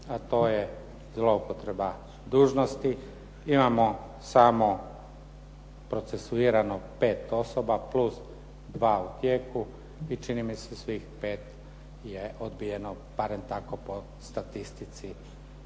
a to je zloupotreba dužnosti. Imamo samo procesuirano pet osoba plus dva u tijeku i čini mi se svih pet je odbijeno barem tako po statistici